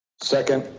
second.